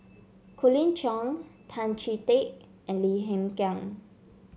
Colin Cheong Tan Chee Teck and Lim Hng Kiang